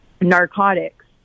narcotics